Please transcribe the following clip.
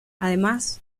además